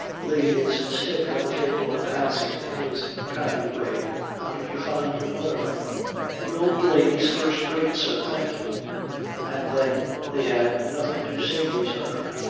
laid his stick on the table and asked in his kind way how did you find your mother, franklin the old lady's first-rate, sir, thank you and then they had nothing to say to each other.